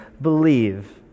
believe